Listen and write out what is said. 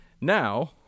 now